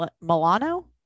Milano